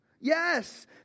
Yes